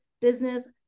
business